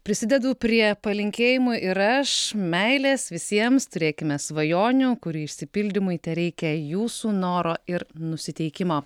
prisidedu prie palinkėjimų ir aš meilės visiems turėkime svajonių kurių išsipildymui tereikia jūsų noro ir nusiteikimo